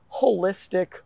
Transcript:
holistic